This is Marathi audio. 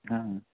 हां